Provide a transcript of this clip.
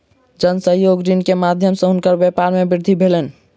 जन सहयोग ऋण के माध्यम सॅ हुनकर व्यापार मे वृद्धि भेलैन